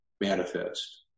manifest